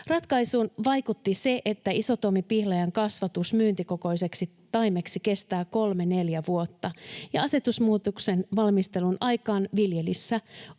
Ratkaisuun vaikutti se, että isotuomipihlajan kasvatus myyntikokoiseksi taimeksi kestää 3—4 vuotta, ja asetusmuutoksen valmistelun aikaan viljelyssä